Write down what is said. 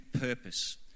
purpose